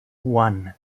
one